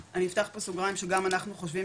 אני אפתח פה סוגריים שגם אנחנו חושבים